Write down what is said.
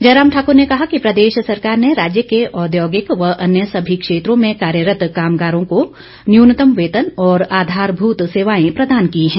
जयराम ठाकुर ने कहा कि प्रदेश सरकार ने राज्य के औद्योगिक व अन्य सभी क्षेत्रों में कार्यरत कामगारों को न्यूनतम वेतन और आधारभूत सेवाएं प्रदान की हैं